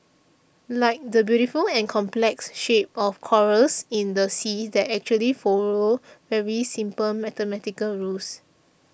like the beautiful and complex shapes of corals in the sea that actually follow very simple mathematical rules